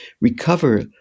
recover